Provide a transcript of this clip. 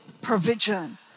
provision